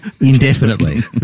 indefinitely